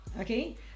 okay